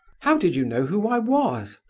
how did you know who i was?